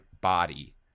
body